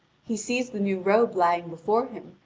he sees the new robe lying before him,